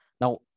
Now